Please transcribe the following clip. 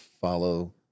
follow